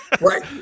Right